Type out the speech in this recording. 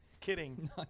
kidding